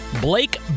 Blake